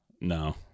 No